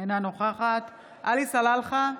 אינה נוכחת עלי סלאלחה,